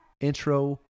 intro